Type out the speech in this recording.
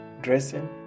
dressing